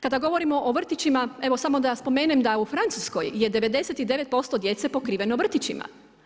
Kada govorimo o vrtićima, evo samo da spomenem da u Francuskoj je 99% djece pokriveno vrtićima.